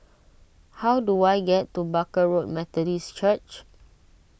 how do I get to Barker Road Methodist Church